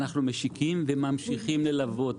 אנחנו משיקים וממשיכים ללוות.